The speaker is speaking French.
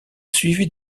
suivi